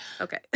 Okay